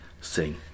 sing